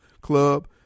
Club